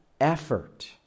effort